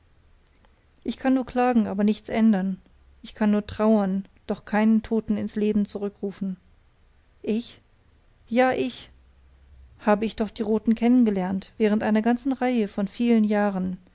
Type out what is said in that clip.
ich kann nur klagen aber nichts ändern ich kann nur trauern doch keinen toten ins leben zurückrufen ich ja ich habe ich doch die roten kennen gelernt während einer ganzen reihe von vielen jahren